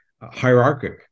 hierarchic